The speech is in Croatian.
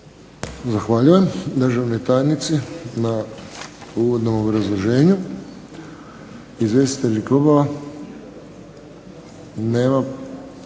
Zahvaljujem državnoj tajnici na uvodnom obrazloženju. Izvjestitelji klubova?